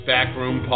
Backroom